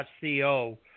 Co